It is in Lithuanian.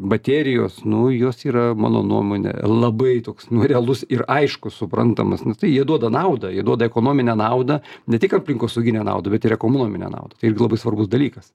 baterijos nu jos yra mano nuomone labai toks realus ir aiškus suprantamas nes tai jie duoda naudą jie duoda ekonominę naudą ne tik aplinkosauginę naudą bet ir ekonominę naudą tai irgi labai svarbus dalykas